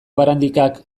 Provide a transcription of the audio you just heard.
barandikak